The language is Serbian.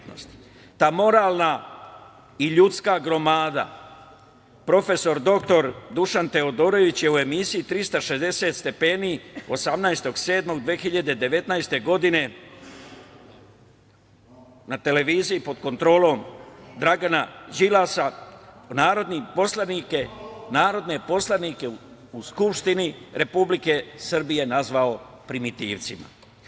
Ta moralna i ljudska gromada, profesor doktor Dušan Teodorović je u emisiji „360 stepeni“ 18.07.2019. godine, na televiziji pod kontrolom Dragana Đilasa, narodne poslanike u Skupštini Republike Srbije nazvao „primitivcima“